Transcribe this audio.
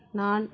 நான்